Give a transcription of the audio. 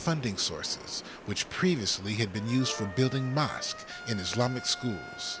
funding sources which previously had been used for building mosques in islamic schools